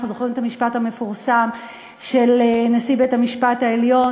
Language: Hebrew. אנחנו זוכרים את המשפט המפורסם של נשיא בית-המשפט העליון,